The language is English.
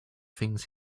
things